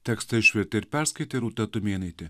tekstą išvertė ir perskaitė rūta tumėnaitė